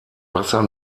wasser